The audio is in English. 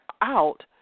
out